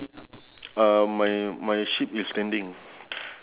ya I think